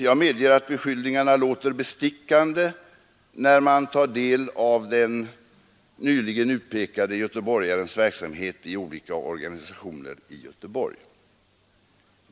Jag medger att beskyllningarna låter bestickande när man tar del av den nyligen utpekade göteborgarens verksamhet i olika organisationer i Göteborg.